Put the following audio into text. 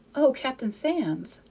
o captain sands!